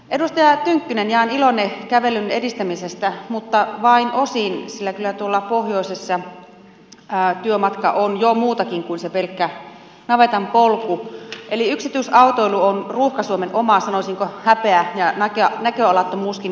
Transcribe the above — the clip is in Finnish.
edustaja tynkkynen jaan ilonne kävelyn edistämisestä mutta vain osin sillä kyllä tuolla pohjoisessa työmatka on jo muutakin kuin se pelkkä navetan polku eli yksityisautoilu on ruuhka suomen oma sanoisinko häpeä ja näköalattomuuttakin